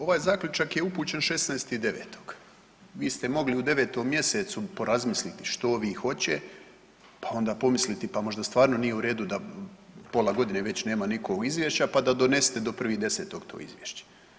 Ovaj zaključak je upućen 16.9., vi ste mogli u 9. mjesecu porazmisliti što vi hoće, pa onda pomisliti pa možda stvarno nije u redu da pola godine već nema nikog izvješća pa da donesete do 1.10. to izvješće.